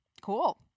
cool